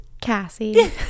cassie